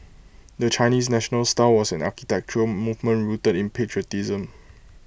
the Chinese national style was an architectural movement rooted in patriotism